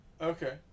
Okay